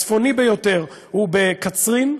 הצפוני ביותר הוא בקצרין,